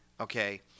Okay